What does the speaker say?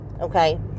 okay